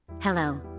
Hello